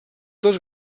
dos